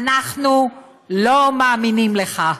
אנחנו לא מאמינים לך.